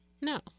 No